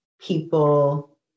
people